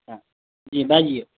अच्छा जी बाजियौ